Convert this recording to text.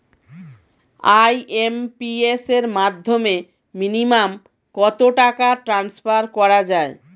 IMPS এর মাধ্যমে minimum কত টাকা ট্রান্সফার করা যায়?